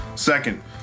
Second